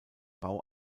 bau